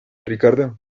ricardo